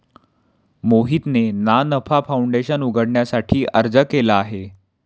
मोहितने ना नफा फाऊंडेशन उघडण्यासाठी अर्ज केला आहे